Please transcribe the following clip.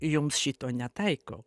jums šito netaikau